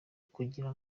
kugira